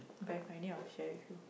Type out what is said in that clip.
If I find it I will share with you